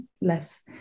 less